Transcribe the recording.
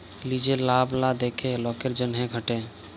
লিজের লাভ লা দ্যাখে লকের জ্যনহে খাটে